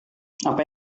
apa